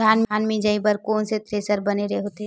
धान मिंजई बर कोन से थ्रेसर बने होथे?